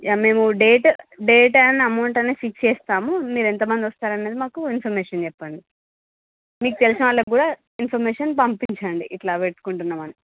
yeah మేము date date and అమౌంటనేసి fix చేస్తాము మీరెంత మంది వస్తారు అనేది మాకు ఇన్ఫర్మేషన్ చెప్పండి మీకు తెలిసినవాళ్ళకు కూడా ఇన్ఫర్మేషన్ పంపించ్చండి ఇట్లా పెట్టుకుంటున్నాము అని